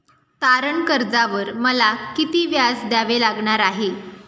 तारण कर्जावर मला किती व्याज द्यावे लागणार आहे?